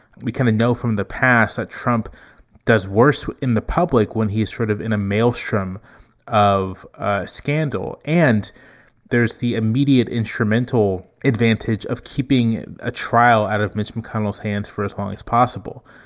we kind of know from the past that trump does worse in the public when he's sort of in a maelstrom of ah scandal. and there's the immediate instrumental advantage of keeping a trial out of mitch mcconnell's hands for as long as possible,